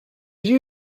you